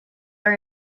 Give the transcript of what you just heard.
are